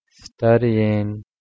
studying